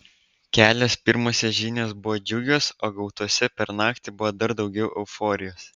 kelios pirmosios žinios buvo džiugios o gautose per naktį buvo dar daugiau euforijos